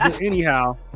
anyhow